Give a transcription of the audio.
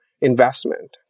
investment